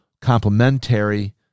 complementary